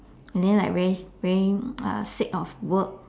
then like very very uh sick of work